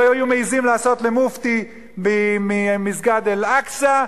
לא היו מעזים לעשות למופתי ממסגד אל-אקצא,